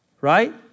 right